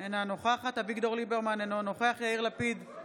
אינה נוכחת אביגדור ליברמן, אינו נוכח יאיר לפיד,